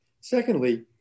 Secondly